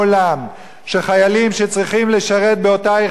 שחיילים שצריכים לשרת באותה יחידה עם בנות,